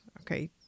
okay